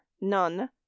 none